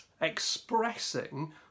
expressing